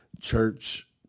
church